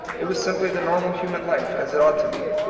it was simply the normal human life, as it ought to be.